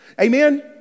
Amen